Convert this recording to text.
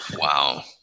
Wow